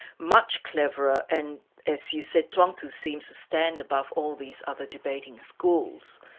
much cleverer, and as you said, chuang tze seems to stand above all these other debating schools.